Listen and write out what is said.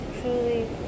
truly